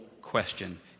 question